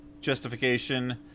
justification